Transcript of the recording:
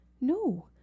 no